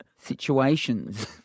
situations